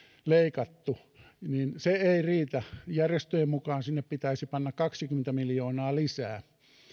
leikattu eli se ei riitä järjestöjen mukaan sinne pitäisi panna kaksikymmentä miljoonaa lisää